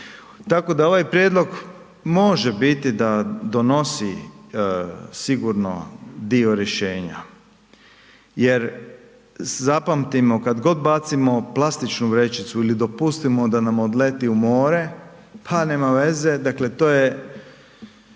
Tako da ovaj prijedlog može biti da donosi sigurno dio rješenja jer zapamtimo kad god bacimo plastičnu vrećicu ili dopustimo da nam odleti u more, pa nema veze, dakle to je